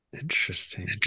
Interesting